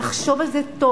תחשוב על זה טוב,